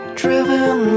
driven